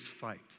fight